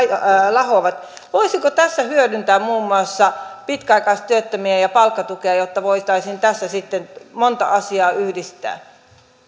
lahoavat voisiko tässä hyödyntää muun muassa pitkäaikaistyöttömiä ja ja palkkatukea jotta voitaisiin tässä sitten monta asiaa yhdistää